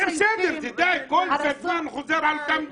אני מעשנת והם לא והם בני 24 ו-25.